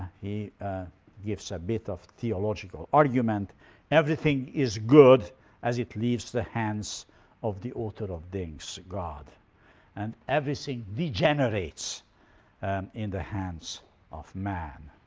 he gives a bit of theological argument everything is good as it leaves the hands of the author of things and everything degenerates and in the hands of man.